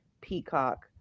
Peacock